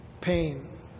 pain